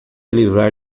livrar